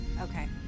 Okay